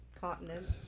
continents